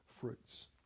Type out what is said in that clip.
fruits